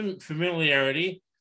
familiarity